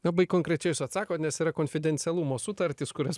labai konkrečiai jūs atsakot nes yra konfidencialumo sutartys kurias